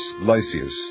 Lysias